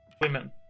women